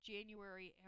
January